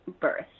birth